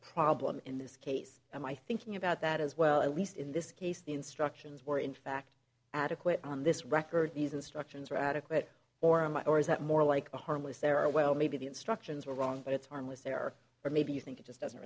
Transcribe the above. problem in this case and my thinking about that as well at least in this case the instructions were in fact adequate on this record these instructions were adequate for him or is that more like a harmless error well maybe the instructions were wrong but it's harmless error or maybe you think it just doesn't